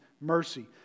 mercy